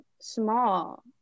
small